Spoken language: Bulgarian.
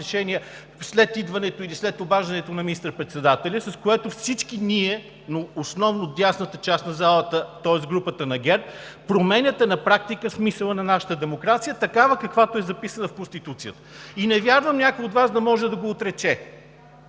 решения след идването или след обаждането на министър председателя, с което всички ние, но основно дясната част на залата, тоест групата на ГЕРБ, променяте на практика смисъла на нашата демокрация такава, каквато е записана в Конституцията. И не вярвам някой от Вас да може да го отрече,